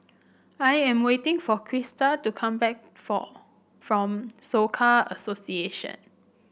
I am waiting for Christa to come back for from Soka Association